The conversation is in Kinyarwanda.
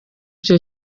icyo